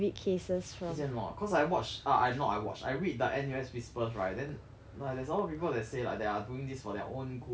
is it or not cause I watch uh ah not I watch I read the N_U_S whispers right then no leh there's a lot of people that say like they are doing this for their own good like for now